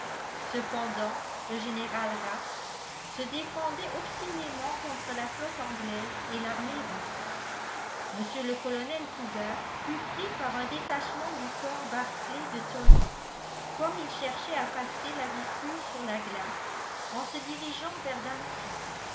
cependant le général rapp se défendait obstinément contre la flotte anglaise et l'armée russe mr le colonel fougas fut pris par un détachement du corps barclay de tolly comme il cherchait à passer la vistule sur la glace en se dirigeant vers